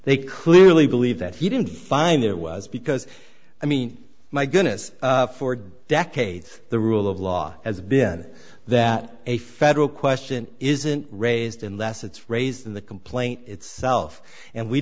they clearly believe that he didn't find it was because i mean my goodness for decades the rule of law has been that a federal question isn't raised unless it's raised in the complaint itself and we